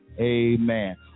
Amen